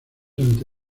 ante